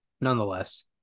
nonetheless